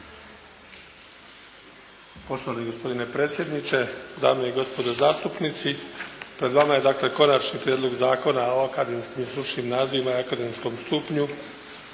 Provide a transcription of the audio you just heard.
Poštovani gospodine predsjedniče, dame i gospodo zastupnici. Pred vama je dakle Konačni prijedlog Zakona o akademskim i stručnim nazivima i akademskom stupnju.